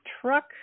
truck